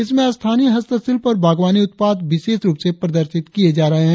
इसमें स्थानीय हस्तशिल्प और बागवानी उत्पाद विशेष रुप से प्रदर्शित किए जा रहे है